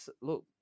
look